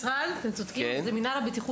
אתם צודקים שזה אותו משרד אבל זה מנהל בטיחות,